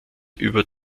über